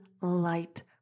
light